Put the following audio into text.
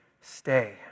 stay